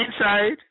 inside